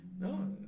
No